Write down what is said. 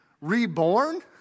Reborn